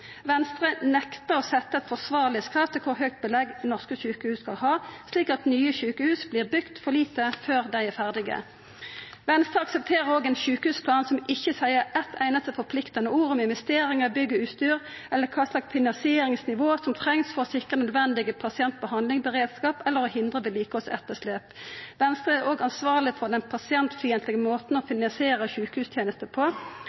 Venstre nektar å setja eit forsvarlegheitskrav til kor høgt belegg norske sjukehus skal ha, slik at nye sjukehus er for små før dei er ferdige. Venstre aksepterer òg ein sjukehusplan som ikkje seier eit einaste forpliktande ord om investeringar i bygg og utstyr eller kva slags finansieringsnivå som trengst for å sikra nødvendig pasientbehandling, beredskap eller å hindra vedlikehaldsetterslep. Venstre er òg ansvarleg for den pasientfiendtlege måten å finansiera sjukehustenester på.